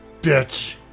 bitch